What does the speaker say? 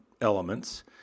elements